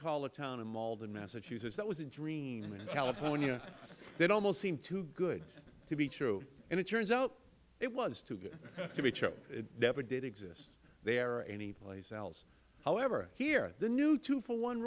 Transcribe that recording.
collar down in malden massachusetts that was a dream california that almost seemed too good to be true and it turns out it was too good to be true it never did exist there or anyplace else however here the new two for one